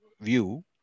view